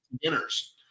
beginners